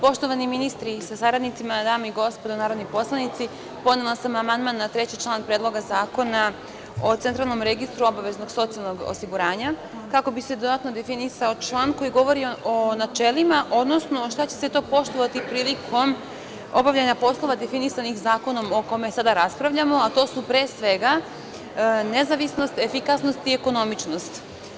Poštovani ministri sa saradnicima, dame i gospodo narodni poslanici, podnela sam amandman na član 3. Predloga zakona o Centralnom registru obaveznog socijalnog osiguranja kako bi se dodatno definisao član koji govori o načelima, odnosno šta će se to poštovati prilikom obavljanja poslova definisanih zakonom o kome sada raspravljamo, a to su, pre svega, nezavisnost, efikasnost i ekonomičnost.